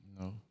No